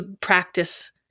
practice